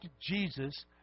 Jesus